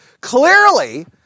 clearly